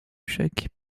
jacques